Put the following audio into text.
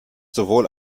sowohl